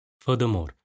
Furthermore